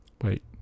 wait